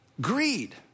greed